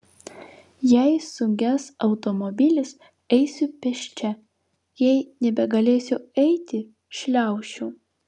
jei suges automobilis eisiu pėsčia jei nebegalėsiu eiti šliaušiu